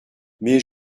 mais